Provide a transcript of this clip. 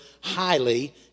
highly